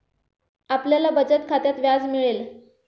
आपल्याला बचत खात्यात व्याज मिळेल